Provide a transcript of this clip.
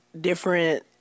different